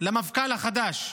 למפכ"ל החדש,